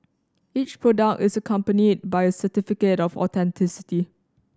each product is accompanied by a certificate of authenticity